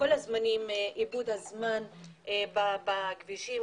איבוד הזמן בכבישים,